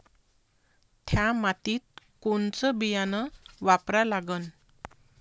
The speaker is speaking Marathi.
थ्या मातीत कोनचं बियानं वापरा लागन?